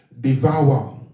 devour